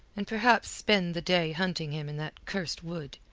and perhaps spend the day hunting him in that cursed wood.